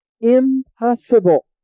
Impossible